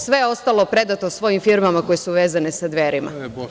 Sve ostalo je predato svojim firmama koje su vezane sa Dverima.